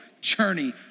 journey